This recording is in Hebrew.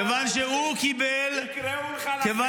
כיוון שהוא קיבל --- יקראו לך לחדר,